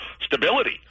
stability